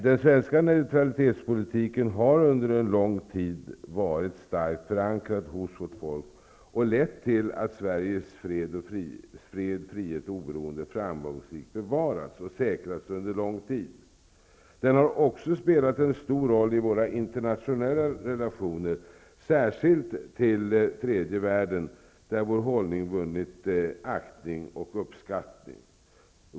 Den svenska neutralitetspolitiken har under en lång tid varit starkt förankrad hos vårt folk. Den har lett till att Sveriges fred, frihet och oberoende framgångsrikt bevarats och säkrats under lång tid. Den har också spelat en stor roll i våra internationella relationer, särskilt till tredje världen. Där har vår hållning vunnit aktning och uppskattning.